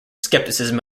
skepticism